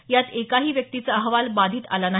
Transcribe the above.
यात एकाही व्यक्तीचा अहवाल बाधित आला नाही